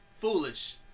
foolish